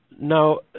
Now